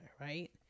right